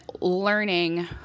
learning